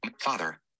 father